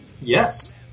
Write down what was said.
Yes